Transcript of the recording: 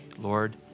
Lord